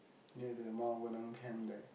near the Mount-Vernon camp there